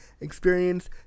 experience